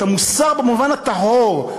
את המוסר במובן הטהור,